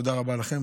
תודה רבה לכם.